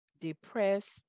depressed